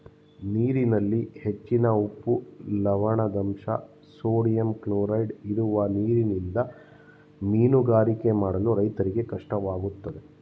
ನೀರಿನಲ್ಲಿ ಹೆಚ್ಚಿನ ಉಪ್ಪು, ಲವಣದಂಶ, ಸೋಡಿಯಂ ಕ್ಲೋರೈಡ್ ಇರುವ ನೀರಿನಿಂದ ಮೀನುಗಾರಿಕೆ ಮಾಡಲು ರೈತರಿಗೆ ಕಷ್ಟವಾಗುತ್ತದೆ